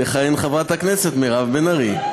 תכהן חברת הכנסת מירב בן ארי.